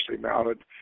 mounted